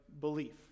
belief